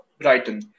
Brighton